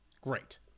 great